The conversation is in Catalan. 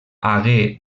hagué